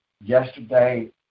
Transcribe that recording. yesterday